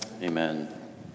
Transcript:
Amen